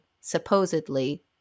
supposedly